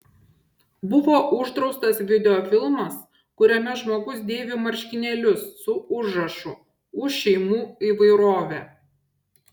buvo uždraustas videofilmas kuriame žmogus dėvi marškinėlius su užrašu už šeimų įvairovę